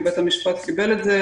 ובית המשפט קיבל את זה,